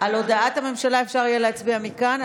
על הודעת הממשלה אפשר יהיה להצביע מכאן.